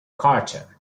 culture